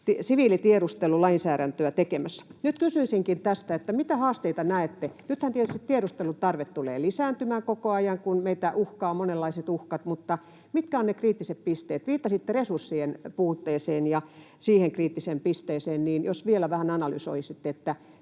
siviilitiedustelulainsäädäntöä tekemässä. Nyt kysyisinkin tästä: Mitä haasteita näette? Nythän tietysti tiedustelun tarve tulee lisääntymään koko ajan, kun meitä uhkaavat monenlaiset uhkat, mutta mitkä ovat ne kriittiset pisteet? Viittasitte resurssien puutteeseen ja siihen kriittiseen pisteeseen. Jos vielä vähän analysoisitte, miten